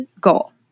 goal